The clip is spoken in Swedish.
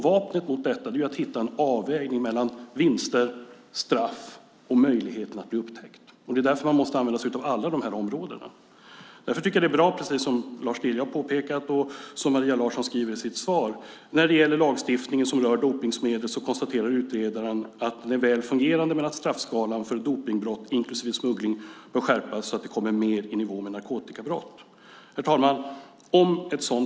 Vapnet mot detta är att hitta en avvägning mellan vinster, straff och möjligheten att bli upptäckt. Det är därför man måste använda sig av alla de här områdena. Därför tycker jag att det är bra, precis som Lars Lilja har påpekat och som Maria Larsson skriver i sitt svar, att när det gäller lagstiftningen som rör dopningsmedel konstaterar utredaren att den är väl fungerande, men att straffskalan för dopningsbrott, inklusive smuggling, bör skärpas så att den kommer mer i nivå med straffskalan för narkotikabrott. Herr talman!